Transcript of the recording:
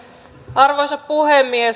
arvoisa puhemies